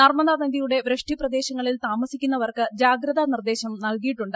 നർമദാ നദിയുടെ വൃഷ്ടി പ്രദേശങ്ങളിൽ തമാസിക്കുന്നവർക്ക് ജാഗ്രതാ നിർദ്ദേശം നൽകിയിട്ടുണ്ട്